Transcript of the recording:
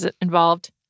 involved